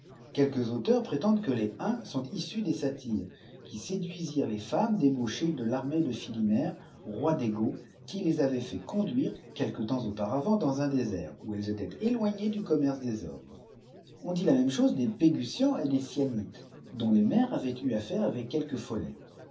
quelques auteurs prétendent que les huns sont issus des satyres oui séduisirent les femmes débauchées de l'armée de filimer roi des go qui leç avait fait conduire quelque temps auparavant dans un désert où elles étaient éloignées du commerce des hommes on dit la même chose des pégusiansiet desscianites dont les mères avaient eu affaire avec quelques folets